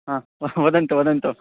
हा वह् वदन्तु वदन्तु